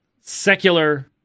secular